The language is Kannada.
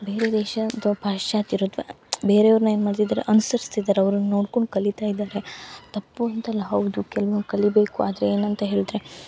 ಬೇರೆ ದೇಶ ಅಥ್ವ ಪಾಶ್ಚಾತ್ಯ ಬೇರೆ ಅವ್ರನ್ನ ಏನು ಮಾಡ್ತಿದ್ದರು ಅನುಸರ್ಸ್ತಿದ್ದರೆ ಅವ್ರನ್ನ ನೋಡ್ಕೊಂಡು ಕಲಿತಾ ಇದಾರೆ ತಪ್ಪು ಅಂತಲ್ಲ ಹೌದು ಕೆಲ್ವೊಂದು ಕಲಿಯಬೇಕು ಆದರೆ ಏನಂತ ಹೇಳ್ದ್ರೆ